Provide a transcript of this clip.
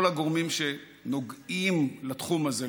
כל הגורמים שנוגעים לתחום הזה,